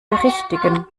berichtigen